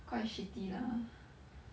quite shitty lah